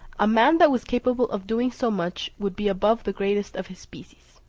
a man that was capable of doing so much would be above the greatest of his species.